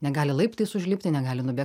negali laiptais užlipti negali nubėg